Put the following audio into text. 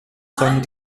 sont